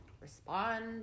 respond